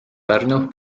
pärnu